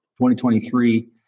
2023